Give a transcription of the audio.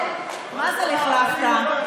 מה זה לכלכת.